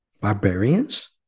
barbarians